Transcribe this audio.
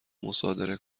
مصادره